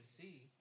see